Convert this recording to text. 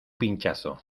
pinchazo